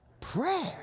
prayer